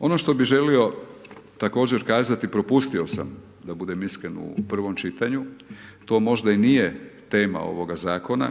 Ono što bih želio također kazati, propustio sam, da budem iskren u prvom čitanju. To možda i nije tema ovoga zakona,